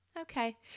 Okay